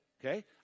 Okay